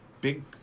big